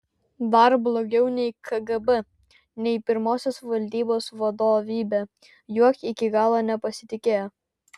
dar blogiau nei kgb nei pirmosios valdybos vadovybė juo iki galo nepasitikėjo